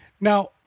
now